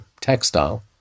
textile